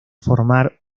formar